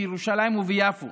בירושלים וביפו